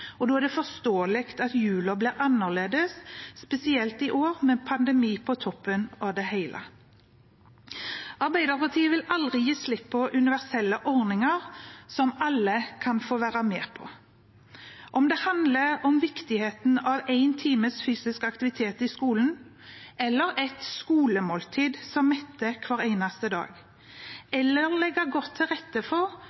Da er det forståelig at julen blir annerledes, spesielt i år med pandemi på toppen av det hele. Arbeiderpartiet vil aldri gi slipp på universelle ordninger som alle kan få være med på – om det handler om viktigheten av en times fysisk aktivitet i skolen, et skolemåltid som metter hver eneste dag,